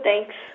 thanks